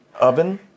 oven